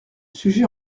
sujet